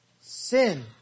sin